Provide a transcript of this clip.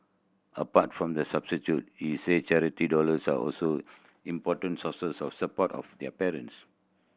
apart from the he said charity dollars are also important sources of support of their parents